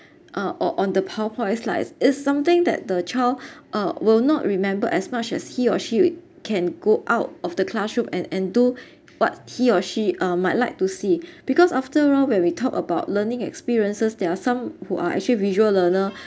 uh or on the power point slides is something that the child uh will not remembered as much as he or she can go out of the classroom and and do what he or she uh might like to see because after all when we talked about learning experiences there are some who are actually visual learner